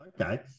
Okay